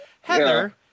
heather